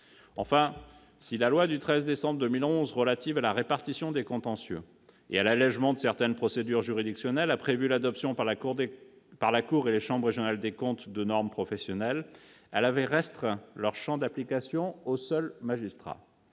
Enfin, si la loi du 13 décembre 2011 relative à la répartition des contentieux et à l'allègement de certaines procédures juridictionnelles a prévu l'adoption par la Cour et les chambres régionales des comptes de normes professionnelles, elle avait restreint leur champ d'application aux seuls magistrats.